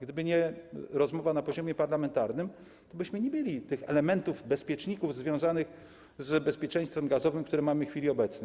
Gdyby nie rozmowa na poziomie parlamentarnym, tobyśmy nie mieli tych elementów, bezpieczników związanych z bezpieczeństwem gazowym, które mamy w chwili obecnej.